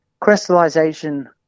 crystallization